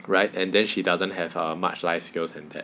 right and then she doesn't have much life skills intact